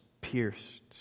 pierced